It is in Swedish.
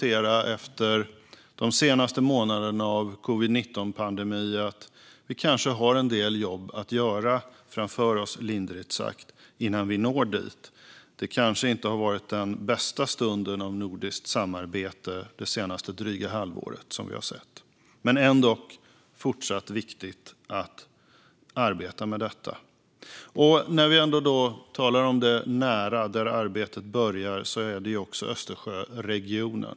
Efter de senaste månaderna av covid-19-pandemi kan vi konstatera att vi kanske har en del jobb att göra framför oss, lindrigt sagt, innan vi når dit. Det senaste dryga halvåret kanske inte har varit den bästa stund av nordiskt samarbete som vi har sett, men det är ändå även fortsättningsvis viktigt att arbeta med detta. När vi ändå talar om det nära - där arbetet börjar - handlar det också om Östersjöregionen.